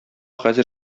хәзер